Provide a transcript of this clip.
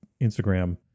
Instagram